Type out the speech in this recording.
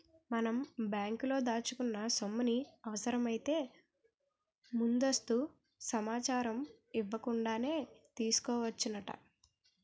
మనం బ్యాంకులో దాచుకున్న సొమ్ముని అవసరమైతే ముందస్తు సమాచారం ఇవ్వకుండానే తీసుకోవచ్చునట